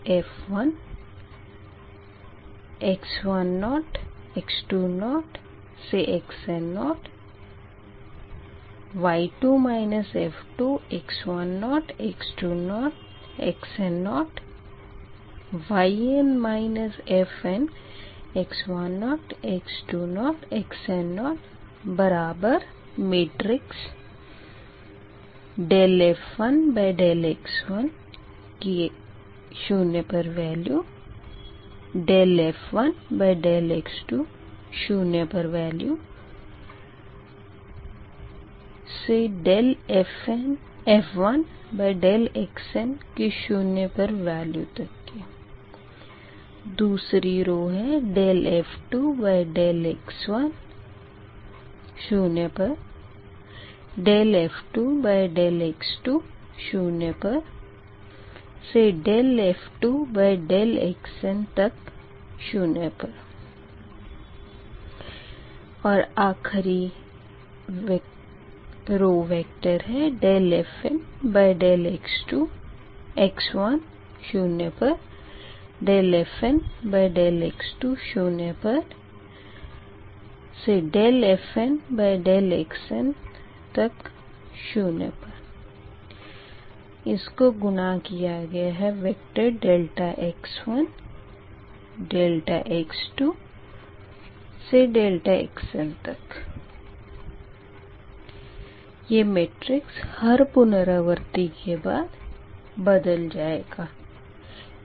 y1 f1x10 x20 up to xn0 y2 f2x10 x20 up to xn0 yn fnx10 x20 up to xn0 df1dx1 df1dx2 df1dxn df2dx1 df2dx2 df2dxn dfndx1 dfndx2 dfndxn ∆x1 ∆x2 ∆xn यह matrix हर पुनरावर्ती के बाद बदल जाएगा